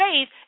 faith